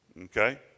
Okay